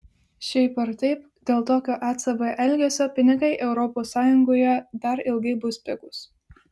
šiaip ar taip dėl tokio ecb elgesio pinigai europos sąjungoje dar ilgai bus pigūs